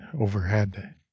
overhead